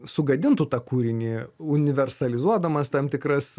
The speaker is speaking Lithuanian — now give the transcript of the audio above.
sugadintų tą kūrinį universalizuoduodamas tam tikras